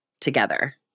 together